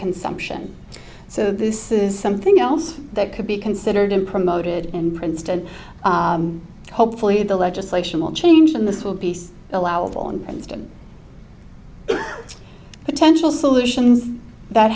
consumption so this is something else that could be considered and promoted in princeton hopefully the legislation will change in the school piece allowable in princeton potential solutions that